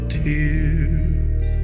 tears